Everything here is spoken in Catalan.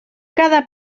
cada